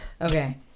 Okay